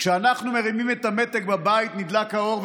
כשאנחנו מרימים את המתג בבית נדלק האור,